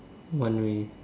one way